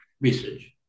research